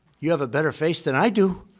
you have a better face than i do.